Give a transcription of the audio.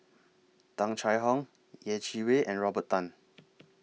Tung Chye Hong Yeh Chi Wei and Robert Tan